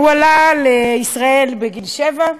הוא עלה לישראל בגיל שבע,